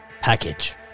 package